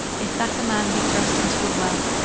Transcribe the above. if that a man be thrust into a well,